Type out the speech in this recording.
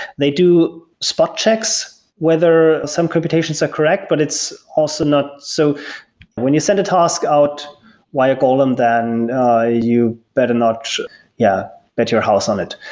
they do spot checks whether some computations are correct, but it's also not so when you send a task out via golem, then you better not yeah, bet your house on it.